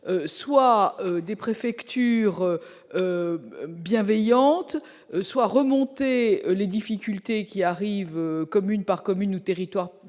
soit des préfectures bienveillante soit remonté les difficultés qui arrive, commune par commune, nous, territoire par